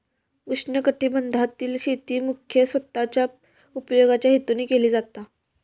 उष्णकटिबंधातील शेती मुख्यतः स्वतःच्या उपयोगाच्या हेतून केली जाता